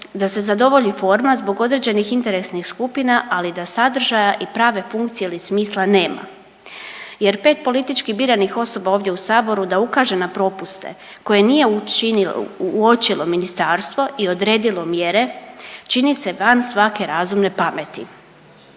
da se zadovolji forma zbog određenih interesnih skupina, ali da da sadržaja ili prave funkcije ili smisla nema jer 5 politički biranih osoba ovdje u Saboru da ukaže na propuste koje nije učinilo, uočilo Ministarstvo i odredilo mjere, čini se van svake razumne pameti.